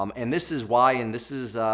um and this is why and this is,